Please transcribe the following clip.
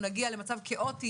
נתגלגל שוב למצב כאוטי